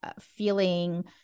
feeling